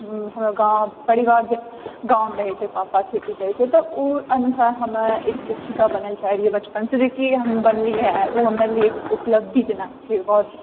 हमरा गाँव परिवार गाँवमे रहए छै पापा खेती करए छै तऽ ओ अनुसार हम एक शिक्षिका बनए लऽ चाहए रहिऐ बचपन से जेकि हम बनलिऐ हँ ओ हमर लिए एक उपलब्धि कि जेना छै बहुत